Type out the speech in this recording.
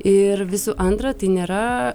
ir visų antra tai nėra